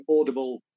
Audible